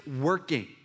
working